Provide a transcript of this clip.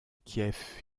kiev